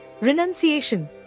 Renunciation